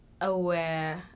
aware